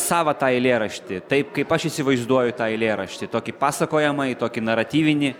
savą tą eilėraštį taip kaip aš įsivaizduoju tą eilėraštį tokį pasakojamąjį tokį naratyvinį